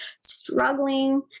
struggling